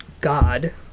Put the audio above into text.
god